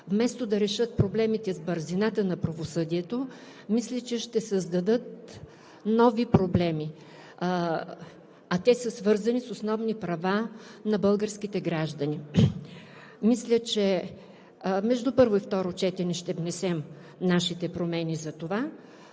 вместо да решат проблемите с бързината на правосъдието, мисля, че ще създадат нови проблеми, а те са свързани с основни права на българските граждани. Между първо и второ четене ще внесем нашите промени за това.